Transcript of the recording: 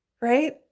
Right